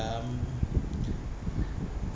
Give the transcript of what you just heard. um